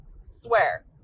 Swear